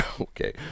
Okay